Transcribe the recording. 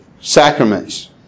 Sacraments